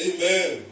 Amen